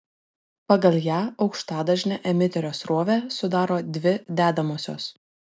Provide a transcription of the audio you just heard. pagal ją aukštadažnę emiterio srovę sudaro dvi dedamosios